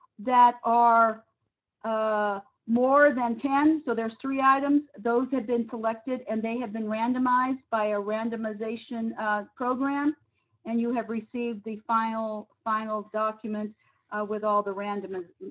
that are ah more than ten, so there's three items. those have been selected and they have been randomized by a randomization program and you have received the file final document with all the randomization.